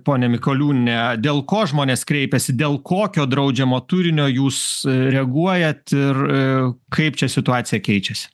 ponia mikaliūniene dėl ko žmonės kreipiasi dėl kokio draudžiamo turinio jūs reaguojat ir kaip čia situacija keičiasi